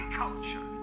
culture